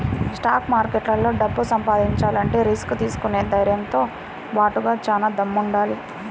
stock మార్కెట్లో డబ్బు సంపాదించాలంటే రిస్క్ తీసుకునే ధైర్నంతో బాటుగా చానా దమ్ముండాలి